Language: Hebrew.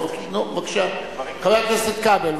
בבקשה, חבר הכנסת כבל.